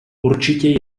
určitě